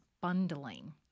bundling